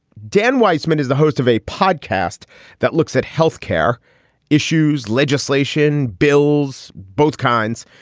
dan weisman is the host of a podcast that looks at health care issues, legislation, bills, both kinds,